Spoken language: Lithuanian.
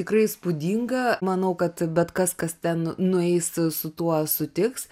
tikrai įspūdinga manau kad bet kas kas ten nueis su tuo sutiks